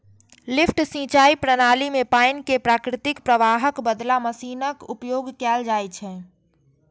lift सिंचाइ प्रणाली मे पानि कें प्राकृतिक प्रवाहक बदला मशीनक उपयोग कैल जाइ छै